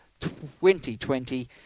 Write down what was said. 2020